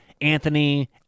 Anthony